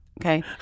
okay